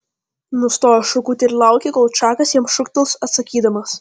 nustojo šūkauti ir laukė kol čakas jam šūktels atsakydamas